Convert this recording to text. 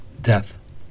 Death